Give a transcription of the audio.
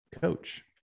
coach